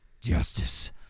justice